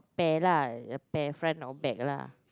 a pair lah a pair lah front or back lah